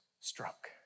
struck